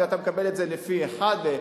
ואתה מקבל את זה לפי 1,